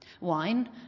Wine